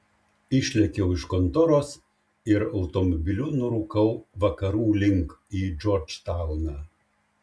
išlėkiau iš kontoros ir automobiliu nurūkau vakarų link į džordžtauną